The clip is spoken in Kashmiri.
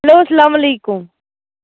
ہیٚلو اَسلام علیکُم